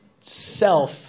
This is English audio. self